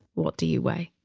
what do you weigh?